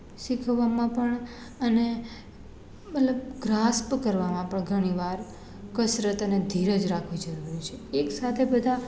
શીખવામાં પણ અને મતલબ ગ્રાસ્પ કરવામાં પણ ઘણીવાર કસરત અને ધીરજ રાખવી જરૂરી છે એકસાથે બધા